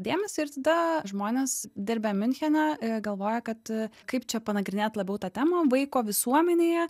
dėmesį ir tada žmonės dirbę miunchene galvojo kad kaip čia panagrinėt labiau tą temą vaiko visuomenėje